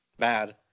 Bad